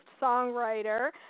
songwriter